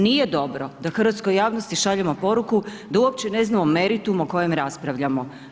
Nije dobro da hrvatskoj javnosti šaljemo poruku da uopće ne znamo meritum o kojem raspravljamo.